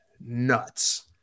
nuts